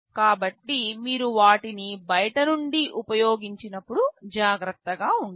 కాబట్టి మీరు వాటిని బయటి నుండి ఉపయోగించినప్పుడు జాగ్రత్తగా ఉండాలి